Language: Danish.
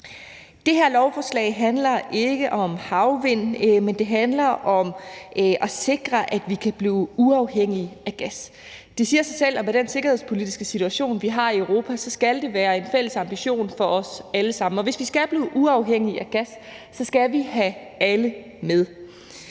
Det her lovforslag handler ikke om havvind, men om at sikre, at vi kan blive uafhængige af gas. Det siger sig selv, at med den sikkerhedspolitiske situation, vi har i Europa, skal det være en fælles ambition for os alle sammen, og hvis vi skal blive uafhængige af gas, skal vi have alle med.